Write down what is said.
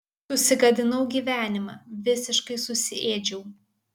susigadinau gyvenimą visiškai susiėdžiau